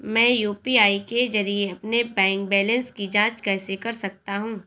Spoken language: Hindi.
मैं यू.पी.आई के जरिए अपने बैंक बैलेंस की जाँच कैसे कर सकता हूँ?